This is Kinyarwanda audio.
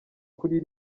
kuri